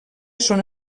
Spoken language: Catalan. són